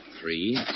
three